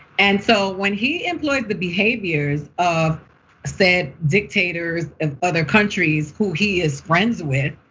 and so when he employs the behaviors of said dictators of other countries, who he is friends with,